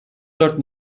dört